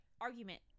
argument